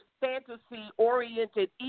fantasy-oriented